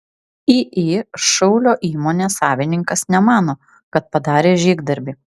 iį šaulio įmonė savininkas nemano kad padarė žygdarbį